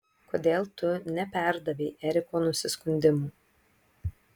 kodėl tu neperdavei eriko nusiskundimų